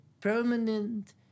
permanent